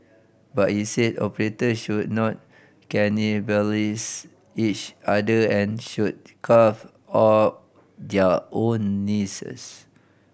but he said operator should not cannibalise each other and should carve out their own